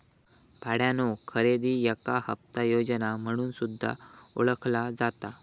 भाड्यानो खरेदी याका हप्ता योजना म्हणून सुद्धा ओळखला जाता